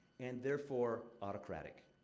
and therefore, autocratic.